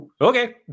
okay